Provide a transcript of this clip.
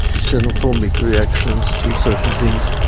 xenophobic reactions to certain things,